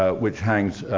ah which hangs